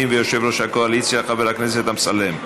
ויושב-ראש הקואליציה חבר הכנסת אמסלם.